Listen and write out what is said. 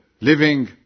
living